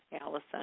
Allison